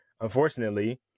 Unfortunately